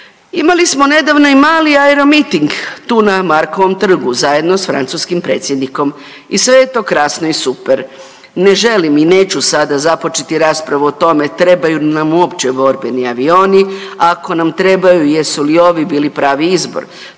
Imali smo nedavno i mali aeromiting tu na Markovom trgu zajedno s francuskim predsjednikom i sve je to krasno i super. Ne želim i neću sada započeti raspravu o tome trebaju li nam uopće borbeni avioni, a ako nam trebaju jesu li ovi bili pravi izbor.